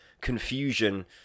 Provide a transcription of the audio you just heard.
confusion